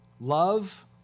Love